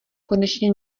konečně